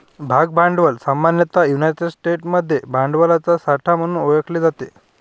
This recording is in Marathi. भाग भांडवल सामान्यतः युनायटेड स्टेट्समध्ये भांडवलाचा साठा म्हणून ओळखले जाते